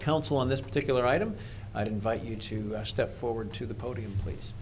council on this particular item i'd invite you to step forward to the podium please